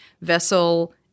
vessel